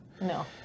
No